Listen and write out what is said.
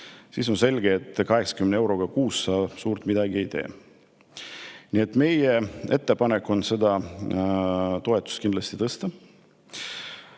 –, on selge, et 80 euroga kuus suurt midagi ei tee. Nii et meie ettepanek on seda toetust kindlasti tõsta.